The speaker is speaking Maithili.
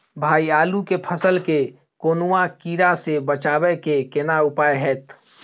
भाई आलू के फसल के कौनुआ कीरा से बचाबै के केना उपाय हैयत?